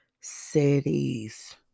Cities